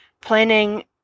planning